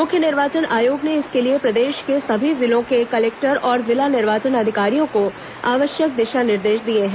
मुख्य निर्वाचन आयोग ने इसके लिए प्रदेश के सभी जिलों के कलेक्टर और जिला निर्वाचन अधिकारियों को आवश्यक दिशा निर्देश दिए हैं